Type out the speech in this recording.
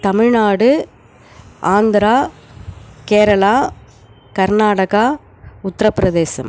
Tamil Nadu Andhra Kerala Karnataka Uttar Pradesh